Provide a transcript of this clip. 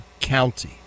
County